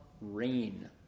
rain